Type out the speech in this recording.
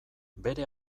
bere